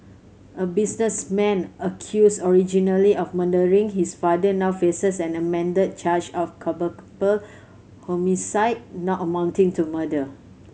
a businessman accused originally of murdering his father now faces an amended charge of homicide not amounting to murder